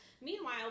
Meanwhile